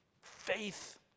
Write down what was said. faith